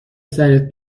سرت